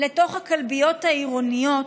לתוך הכלביות העירוניות,